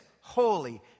holy